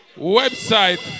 Website